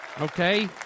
okay